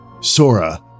Sora